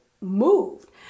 moved